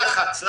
לחץ.